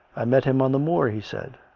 i met him on the moor, he said.